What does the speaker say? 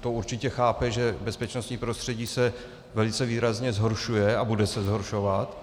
to určitě chápe, že bezpečnostní prostředí se velice výrazně zhoršuje a bude se zhoršovat.